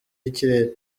y’ikirere